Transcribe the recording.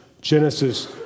Genesis